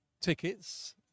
tickets